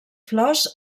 flors